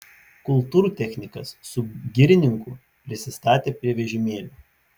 kultūrtechnikas su girininku prisistatė prie vežimėlio